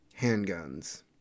handguns